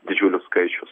didžiulis skaičius